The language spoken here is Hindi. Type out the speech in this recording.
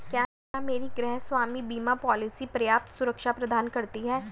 क्या मेरी गृहस्वामी बीमा पॉलिसी पर्याप्त सुरक्षा प्रदान करती है?